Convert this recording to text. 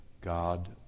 God